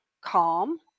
calm